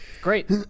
Great